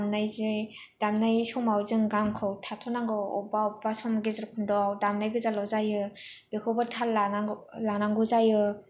दामनाय जे दामनाय समाव जों गानखौ थाथ'नांगौ बबेबा बबेबा सम गेजेर खन्द'आव दामनायगोजाल' जायो बेखौबो थाल लानांगौ जायो